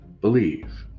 believe